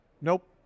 Nope